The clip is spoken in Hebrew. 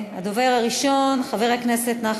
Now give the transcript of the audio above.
1521, 1523, 1527, 1532, 1573 ו-1583.